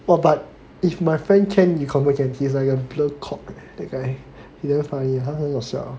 well but if my friend can you confirm can he's like a blur cock that guy he very funny 他很好笑